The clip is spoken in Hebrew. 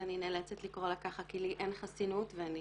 ואני נאלצת לקרוא לה ככה כי לי אין חסינות ואני